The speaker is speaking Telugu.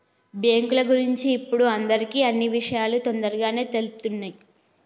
బ్యేంకుల గురించి ఇప్పుడు అందరికీ అన్నీ విషయాలూ తొందరగానే తెలుత్తున్నయ్